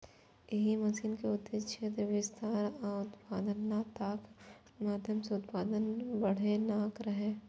एहि मिशन के उद्देश्य क्षेत्र विस्तार आ उत्पादकताक माध्यम सं उत्पादन बढ़ेनाय रहै